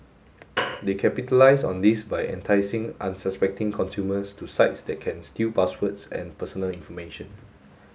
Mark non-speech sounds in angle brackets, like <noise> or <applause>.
<noise> they capitalise on this by enticing unsuspecting consumers to sites that can steal passwords and personal information